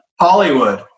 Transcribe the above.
Hollywood